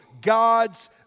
God's